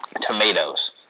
tomatoes